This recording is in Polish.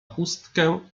chustkę